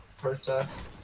process